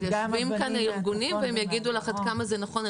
יושבים כאן הארגונים והם יגידו לך עד כמה זה נכון.